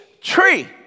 tree